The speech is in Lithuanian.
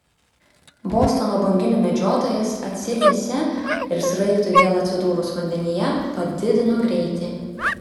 bostono banginių medžiotojas atsitiesė ir sraigtui vėl atsidūrus vandenyje padidino greitį